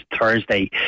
Thursday